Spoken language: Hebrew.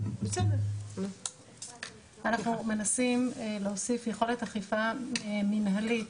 אנחנו מנסים להוסיף יכולת אכיפה מנהלית